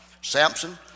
Samson